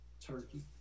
Turkey